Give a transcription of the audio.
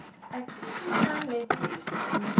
I think this one maybe is n~